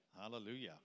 Hallelujah